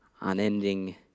unending